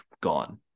Gone